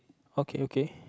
okay okay